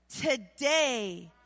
today